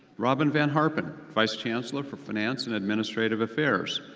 robin van harpen, vice chancellor for finance and administrative affairs.